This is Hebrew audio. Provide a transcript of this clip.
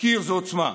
תחקיר זה עוצמה.